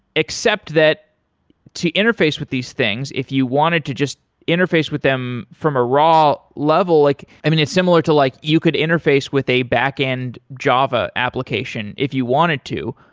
except that to interface with these things, if you wanted to just interface with them from a raw level like i mean, it's similar to like you could interface with a backend java application if you wanted to,